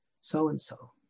so-and-so